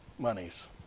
monies